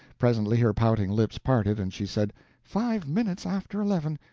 presently her pouting lips parted, and she said five minutes after eleven!